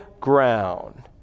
ground